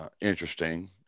interesting